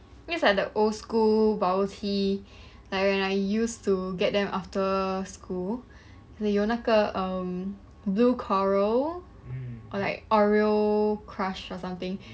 place like the old school bubble tea like when I used to get them after school the 有那个 um blue coral or like oreo crush or something